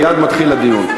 מייד מתחיל הדיון.